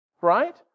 right